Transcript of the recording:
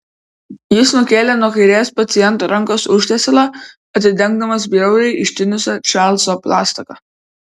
jis nukėlė nuo kairės paciento rankos užtiesalą atidengdamas bjauriai ištinusią čarlzo plaštaką